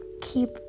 keep